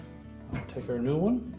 take your new one.